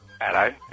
Hello